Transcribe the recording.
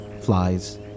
flies